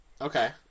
okay